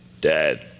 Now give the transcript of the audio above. dad